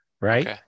right